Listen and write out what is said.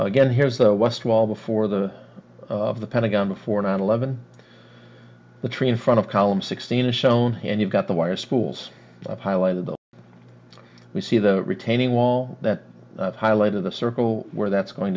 again here is the west wall before the of the pentagon before nine eleven the tree in front of columns sixteen are shown here and you've got the wires spools of highlighted we see the retaining wall that highlighted the circle where that's going